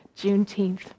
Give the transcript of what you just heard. Juneteenth